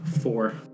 Four